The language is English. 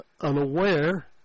unaware